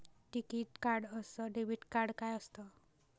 टिकीत कार्ड अस debit card काय असत?